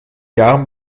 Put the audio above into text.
jahren